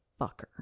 fucker